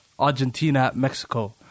Argentina-Mexico